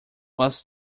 was